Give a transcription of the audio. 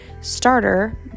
starter